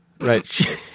right